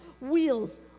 wheels